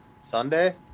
Sunday